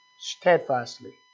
steadfastly